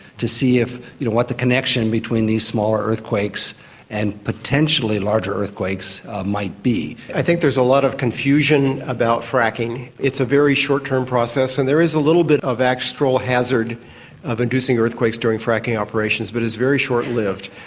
to see you know what the connection between these smaller earthquakes and potentially larger earthquakes might be. i think there's a lot of confusion about fracking. it's a very short-term process, and there is a little bit of extra hazard of inducing earthquakes during fracking operations but it's very short lived.